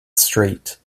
street